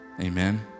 Amen